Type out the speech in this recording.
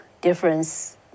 difference